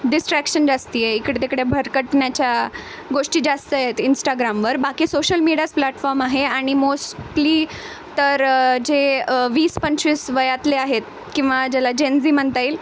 distraction जास्ती आहे इकडं तिकडे भरकटण्याच्या गोष्टी जास्त आहेत इंस्टाग्रामवर बाकी सोशल मीडियाच प्लॅटफॉर्म आहे आणि मोस्टली तर जे वीस पंचवीस वयातले आहेत किंवा ज्याला जेनझी म्हणता येईल